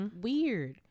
weird